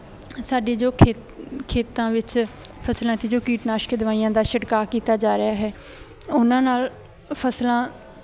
ਸਾਡੇ ਜੋ ਖੇਤ ਖੇਤਾਂ ਵਿੱਚ ਫ਼ਸਲਾਂ 'ਤੇ ਜੋ ਕੀਟਨਾਸ਼ਕ ਦਵਾਈਆਂ ਦਾ ਛਿੜਕਾਅ ਕੀਤਾ ਜਾ ਰਿਹਾ ਹੈ ਉਹਨਾਂ ਨਾਲ ਫ਼ਸਲਾਂ